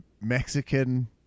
Mexican